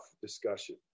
discussion